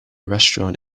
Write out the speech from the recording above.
restaurant